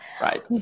Right